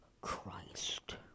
Christ